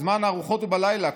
בזמן הארוחות ובלילה,